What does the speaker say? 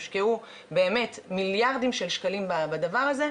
יושקעו באמת מיליארדים של שקלים בדבר הזה.